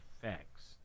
facts